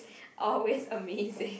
always amazing